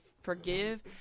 forgive